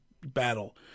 battle